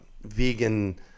vegan